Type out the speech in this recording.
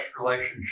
relationship